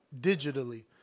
digitally